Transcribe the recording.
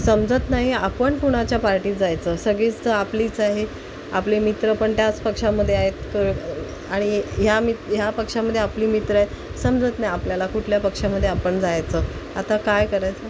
समजत नाही आपण कुणाच्या पार्टीत जायचं सगळीच आपलीच आहेत आपले मित्र पण त्याच पक्षामध्ये आहेत तर आणि ह्या मित ह्या पक्षामध्ये आपली मित्र आहेत समजत नाही आपल्याला कुठल्या पक्षामध्ये आपण जायचं आता काय करायचं